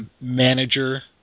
Manager